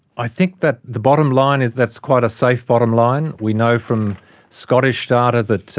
i think that the bottom-line is that it's quite a safe bottom-line. we know from scottish data that